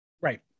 right